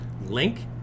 Link